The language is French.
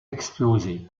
exploser